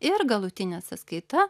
ir galutinė sąskaita